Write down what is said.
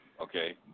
okay